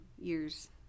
years